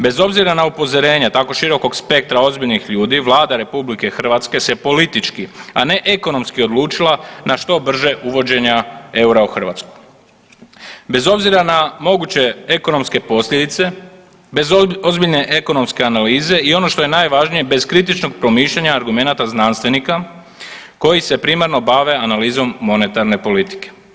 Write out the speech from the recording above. Bez obzira na upozorenja tako širokog spektra ozbiljnih ljudi, Vlada RH se politički, a ne ekonomski odlučila na što brže uvođenje eura u Hrvatsku, bez obzira na moguće ekonomske posljedice, bez ozbiljne ekonomske analize i ono što je najvažnije bez kritičnog promišljanja argumenata znanstvenika koji se primarno bave analizom monetarne politike.